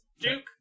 Duke